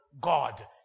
God